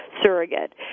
surrogate